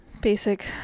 basic